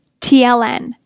TLN